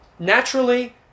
Naturally